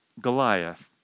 Goliath